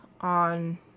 on